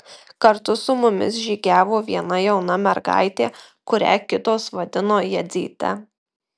kartu su mumis žygiavo viena jauna mergaitė kurią kitos vadino jadzyte